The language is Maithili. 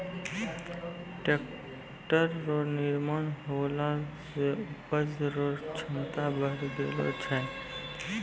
टैक्ट्रर रो निर्माण होला से उपज रो क्षमता बड़ी गेलो छै